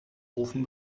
ofen